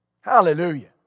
Hallelujah